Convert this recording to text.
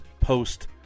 post